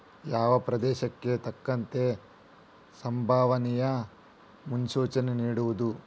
ಆಯಾ ಪ್ರದೇಶಕ್ಕೆ ತಕ್ಕಂತೆ ಸಂಬವನಿಯ ಮುನ್ಸೂಚನೆ ನಿಡುವುದು